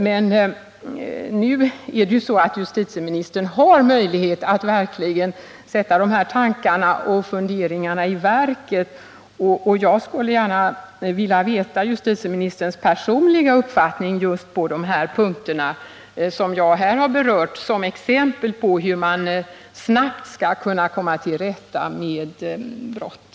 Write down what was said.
Men nu har justitieministern verkligen möjlighet att sätta sina tankar och funderingar i verket, och jag skulle gärna vilja veta justitieministerns personliga uppfattning på de punkter som jag här har berört som exempel på hur man snabbt skall kunna komma till rätta med brott.